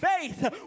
faith